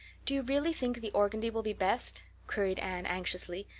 do you really think the organdy will be best? queried anne anxiously.